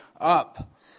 up